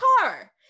car